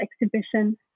exhibition